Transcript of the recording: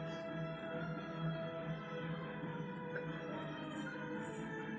Sir ನಾನು ಆರೋಗ್ಯ insurance ಮಾಡಿಸ್ಬೇಕಂದ್ರೆ ಇಷ್ಟ ವರ್ಷ ಅಂಥ ಏನಾದ್ರು ಐತೇನ್ರೇ?